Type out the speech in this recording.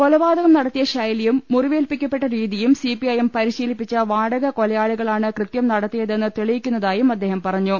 കൊലപാതകം നടത്തിയ ശൈലിയും മുറിവേൽപ്പിക്കപ്പെട്ട രീതിയും സിപിഐഎം പരിശീലിപ്പിച്ച വാടക കൊലയാളിക ളാണ് കൃത്യം നടത്തിയതെന്ന് തെളിയിക്കുന്നതായും അദ്ദേഹം പറഞ്ഞു